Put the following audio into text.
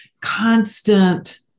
constant